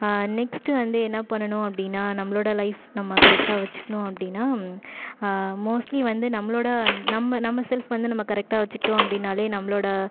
next வந்து என்ன பண்ணணும் அப்படினா நம்மளோடய லைஃப் நம்ம கரெக்டாக வச்சிக்கணும் அப்படினா மோஸ்ட்லி வந்து நம்மளோடய வந் நம்ம நம்ம செல்ஃப் வந்து நம்ம கரெக்டாக வச்சிக்கிட்டோம் அப்படினாலே நம்மளோடய